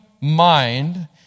mind